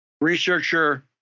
researcher